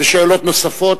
שאלות נוספות.